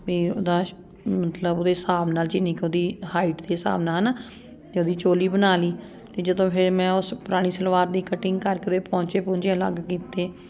ਵੀ ਉਹਦਾ ਮਤਲਬ ਉਹਦੇ ਹਿਸਾਬ ਨਾਲ ਜਿੰਨੀ ਕੁ ਉਹਦੀ ਹਾਈਟ ਦੇ ਹਿਸਾਬ ਨਾਲ ਹੈ ਨਾ ਅਤੇ ਉਹਦੀ ਚੋਲੀ ਬਣਾ ਲਈ ਅਤੇ ਜਦੋਂ ਫਿਰ ਮੈਂ ਉਸ ਪੁਰਾਣੀ ਸਲਵਾਰ ਦੀ ਕਟਿੰਗ ਕਰਕੇ ਉਹਦੇ ਪੌਂਚੇ ਪੂਚੇ ਅਲੱਗ ਕੀਤੇ